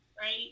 right